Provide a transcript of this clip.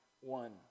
one